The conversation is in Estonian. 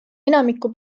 enamiku